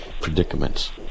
predicaments